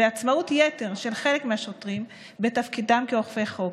של עצמאות יתר של חלק מהשוטרים בתפקידם כאוכפי חוק.